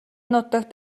нутагт